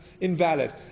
invalid